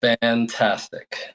fantastic